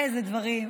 איזה דברים,